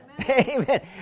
Amen